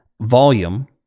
volume